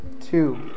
two